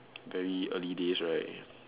very early days right